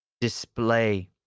Display